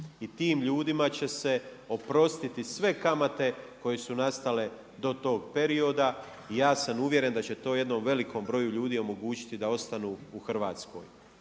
I tim ljudima će se oprostiti sve kamate koje su nastale do tog perioda. I ja sam uvjeren da će to jednom velikom broju ljudi omogućiti da ostanu u Hrvatskoj.